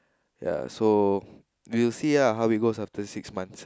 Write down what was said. ya so we will see lah how it goes after six months